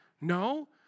No